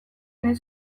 nahi